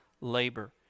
labor